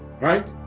Right